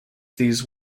these